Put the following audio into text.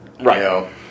Right